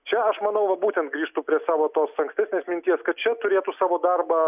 čia aš manau va būtent grįžtu prie savo tos ankstesnės minties kad čia turėtų savo darbą